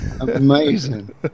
Amazing